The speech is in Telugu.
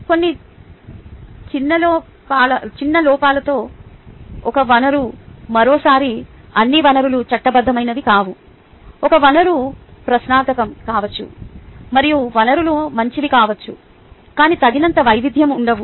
కొన్ని చిన్న లోపాలతో ఒక వనరు మరోసారి అన్ని వనరులు చట్టబద్ధమైనవి కావు ఒక వనరు ప్రశ్నార్థకం కావచ్చు మరియు వనరులు మంచివి కావచ్చు కానీ తగినంత వైవిధ్యంగా ఉండవు